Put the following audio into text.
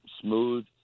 smooth